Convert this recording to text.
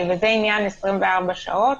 וזה עניין 24 שעות